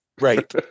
Right